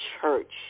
church